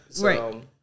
Right